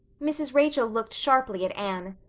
mrs. rachel looked sharply at anne,